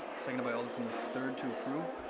second by alder from the third, to approve.